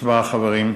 הצבעה, חברים.